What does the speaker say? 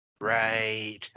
Right